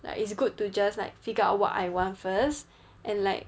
like it's good to just like figure out what I want first and like